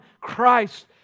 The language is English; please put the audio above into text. Christ